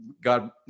God